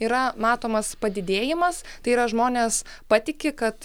yra matomas padidėjimas tai yra žmonės patiki kad